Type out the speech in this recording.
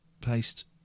paste